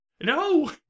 No